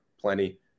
plenty